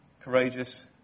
courageous